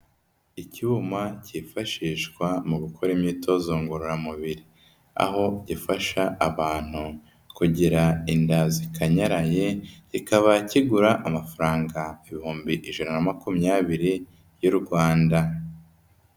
Icyuma cyifashishwa mu gukora imyitozo ngororamubiri, aho gifasha abantu kugira inda zikanyaraye, kikaba kigura amafaranga ibihumbi ijana na makumyabiri y'u Rwanda.